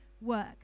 work